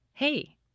Hey